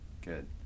good